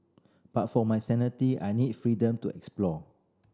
but for my sanity I need freedom to explore